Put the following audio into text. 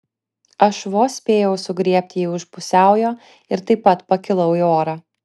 aš vos spėjau sugriebti jį už pusiaujo ir taip pat pakilau į orą